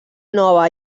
nova